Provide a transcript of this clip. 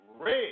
Red